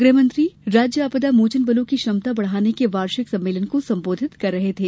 गह मंत्री राज्य आपदा मोचन बलों की क्षमता बढ़ाने के वार्षिक सम्मेलन को संबोधित कर रहे थे